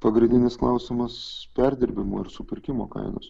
pagrindinis klausimas perdirbimo ir supirkimo kainos